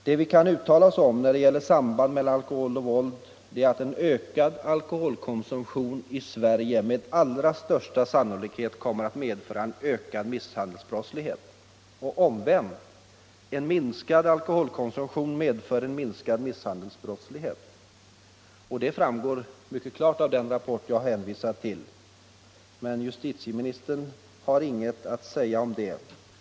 Det vi kan uttala oss om, när det gäller sambandet mellan alkohol och våld, är att en ökad alkoholkonsumtion i Sverige med allra största sannolikhet kommer att medföra en ökad misshandelsbrottslighet, och omvänt att en minskad alkoholkonsumtion medför en minskad misshandelsbrottslighet. Det framgår mycket klart av den rapport jag har hänvisat till. Men justitieministern har inget att säga om den.